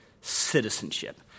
citizenship